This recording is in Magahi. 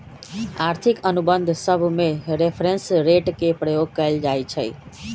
आर्थिक अनुबंध सभमें रेफरेंस रेट के प्रयोग कएल जाइ छइ